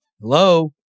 Hello